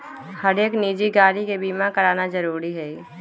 हरेक निजी गाड़ी के बीमा कराना जरूरी हई